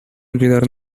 olvidar